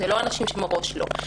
זה לא אנשים שמראש לא.